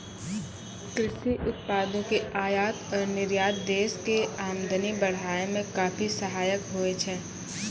कृषि उत्पादों के आयात और निर्यात देश के आमदनी बढ़ाय मॅ काफी सहायक होय छै